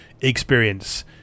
experience